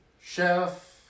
chef